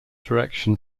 direction